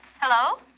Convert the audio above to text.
Hello